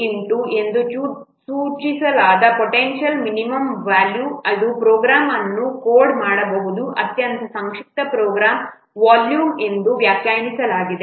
V ಎಂದು ಸೂಚಿಸಲಾದ potential minimum volume ಇದು ಪ್ರೋಗ್ರಾಂ ಅನ್ನು ಕೋಡ್ ಮಾಡಬಹುದಾದ ಅತ್ಯಂತ ಸಂಕ್ಷಿಪ್ತ ಪ್ರೋಗ್ರಾಂನ ವಾಲ್ಯೂಮ್ ಎಂದು ವ್ಯಾಖ್ಯಾನಿಸಲಾಗಿದೆ